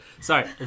sorry